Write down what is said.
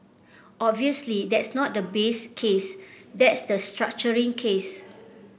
obviously that's not the base case that's the structuring case